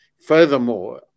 Furthermore